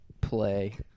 play